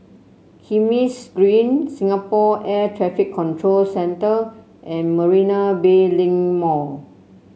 Kismis Green Singapore Air Traffic Control Centre and Marina Bay Link Mall